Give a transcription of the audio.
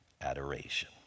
adoration